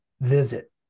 visit